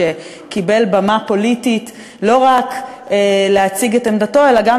שקיבל במה פוליטית לא רק להציג את עמדתו אלא גם